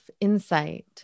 insight